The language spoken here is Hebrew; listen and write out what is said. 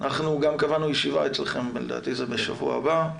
אנחנו גם קבענו ישיבה אצלכם, לדעתי זה בשבוע הבא.